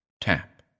tap